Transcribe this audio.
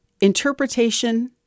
interpretation